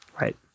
Right